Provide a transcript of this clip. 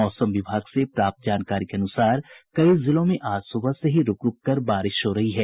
मौसम विभाग से प्राप्त जानकारी के अनुसार कई जिलों में आज सुबह से ही रूक रूक कर बारिश हो रही है